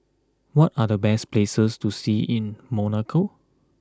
what are the best places to see in Monaco